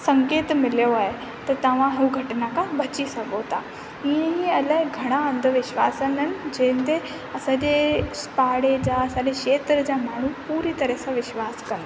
संकेत मिलियो आहे त तव्हां हू घटना खां बची सघो था हीअं ई अलाए घणा अंधविश्वास आहिनि जंहिं ते असां जे पाड़े जा सजे क्षेत्र जा माण्हूं पूरी तरह सां विश्वासु कनि था